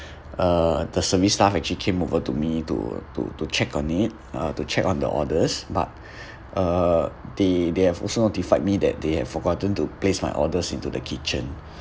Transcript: uh the service staff actually came over to me to to to check on it uh to check on the orders but uh they they have also notified me that they had forgotten to place my orders into the kitchen